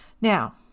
Now